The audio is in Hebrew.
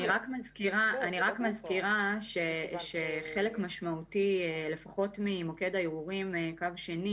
אני רק מזכירה שחלק משמעותי לפחות ממוקד הערעורים קו שני